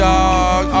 Dog